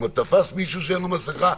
אם הוא תפס מישהו שאין לו מסכה,